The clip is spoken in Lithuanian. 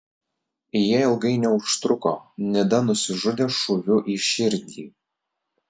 jie ilgai neužtruko nida nusižudė šūviu į širdį